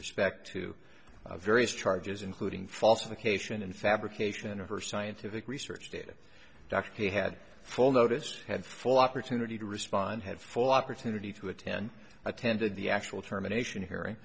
respect to various charges including falsification and fabrication of her scientific research data dr he had full notice had full opportunity to respond had full opportunity to attend attended the actual terminations h